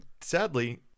sadly